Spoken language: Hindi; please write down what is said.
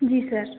जी सर